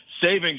Savings